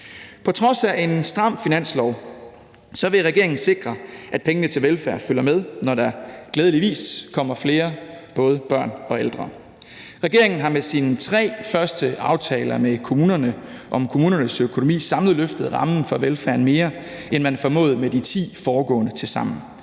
På trods af en stram finanslov vil regeringen sikre, at pengene til velfærd følger med, når der glædeligvis kommer flere både børn og ældre. Regeringen har med sine tre første aftaler med kommunerne om kommunernes økonomi samlet løftet rammen for velfærden mere, end man formåede med de ti foregående tilsammen.